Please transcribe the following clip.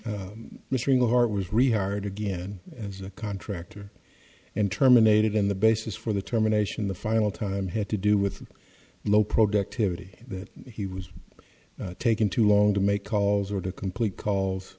the heart was rehired again as a contractor and terminated in the basis for the terminations the final time had to do with low productivity that he was taking too long to make calls or to complete calls